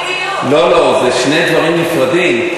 לא לא, זה שני דברים נפרדים.